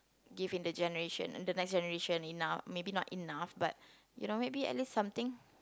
giving the generation the next generation enough maybe not enough but you know maybe at least something